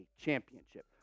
championship